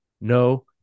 no